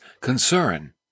concern